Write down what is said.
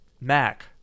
Mac